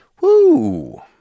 Woo